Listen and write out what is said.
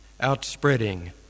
outspreading